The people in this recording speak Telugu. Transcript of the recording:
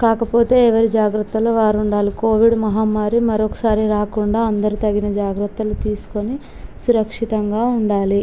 కాకపోతే ఎవరి జాగ్రత్తుల్లో వారు ఉండాలి కోవిడ్ మహమ్మారి మరొక్కసారి రాకుండా అందరూ తగిన జాగ్రత్తలు తీసుకొని సురక్షితంగా ఉండాలి